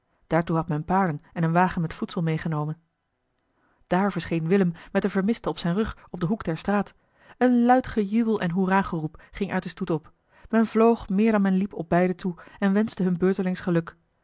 daartoe had men paarden en een wagen met voedsel meegenomen daar verscheen willem met den vermiste op zijn rug op den hoek der straat een luid gejubel en hoerageroep ging uit den stoet op men vloog meer dan men liep op beiden toe en wenschte hun beurtelings geluk